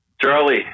Charlie